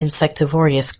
insectivorous